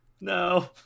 No